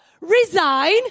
Resign